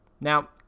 Now